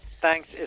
Thanks